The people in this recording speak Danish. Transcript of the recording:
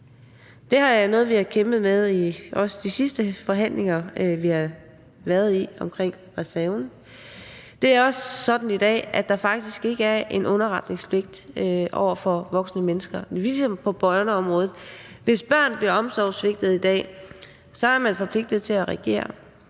Det er noget, vi har kæmpet med, også i de sidste forhandlinger, vi har været i, om reserven. Det er også sådan i dag, at der faktisk ikke er en underretningspligt over for voksne mennesker, ligesom der er på børneområdet. Hvis børn bliver omsorgssvigtet i dag, er man forpligtet til at reagere.